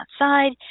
outside